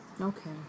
Okay